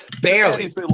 Barely